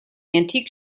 antique